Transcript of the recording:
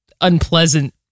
unpleasant